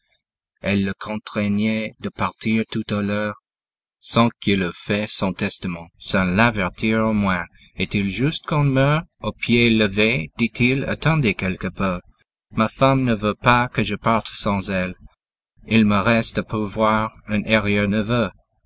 elle le contraignait de partir tout à l'heure sans qu'il eût l'ait son testament sans l'avertir au moins est-il juste qu'on meure au pied levé dit-il attendez quelque peu ma femme ne veut pas que je parte sans elle il me reste à pourvoir un